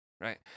right